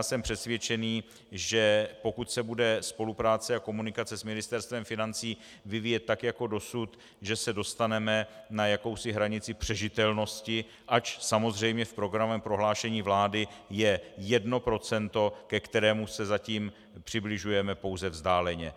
Jsem přesvědčený, že pokud se bude spolupráce a komunikace s Ministerstvem financí vyvíjet tak jako dosud, dostaneme se na jakousi hranici přežitelnosti, ač samozřejmě v programovém prohlášení vlády je 1 %, ke kterému se zatím přibližujeme pouze vzdáleně.